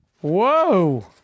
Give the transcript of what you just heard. Whoa